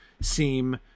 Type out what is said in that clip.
seem